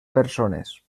persones